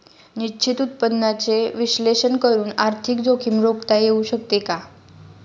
निश्चित उत्पन्नाचे विश्लेषण करून आर्थिक जोखीम रोखता येऊ शकते का?